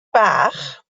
bach